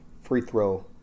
free-throw